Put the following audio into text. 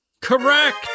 Correct